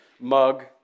mug